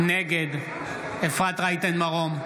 נגד אפרת רייטן מרום,